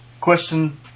question